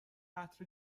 عطر